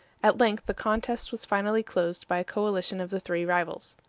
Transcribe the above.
at length the contest was finally closed by a coalition of the three rivals.